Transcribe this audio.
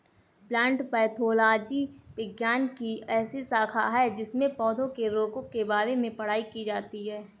plant pathology विज्ञान की ऐसी शाखा है जिसमें पौधों के रोगों के बारे में पढ़ाई की जाती है